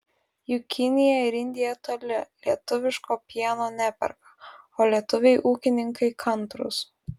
juk kinija ir indija toli lietuviško pieno neperka o lietuviai ūkininkai kantrūs